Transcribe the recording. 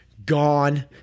gone